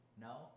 no